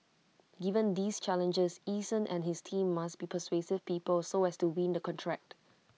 given these challenges Eason and his team must be persuasive people so as to win the contract